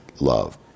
love